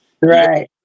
Right